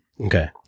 okay